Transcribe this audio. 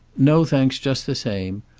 no, thanks just the same.